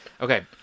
Okay